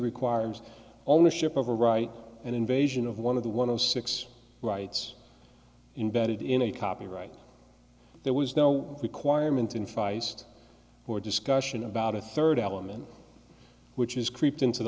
requires ownership of a right and invasion of one of the one of six rights in bedded in a copyright there was no requirement in feist for discussion about a third element which is creep into the